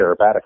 aerobatic